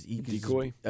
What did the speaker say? decoy